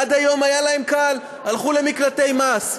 עד היום היה להן קל: הלכו למקלטי מס.